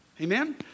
Amen